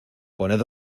poned